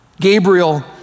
Gabriel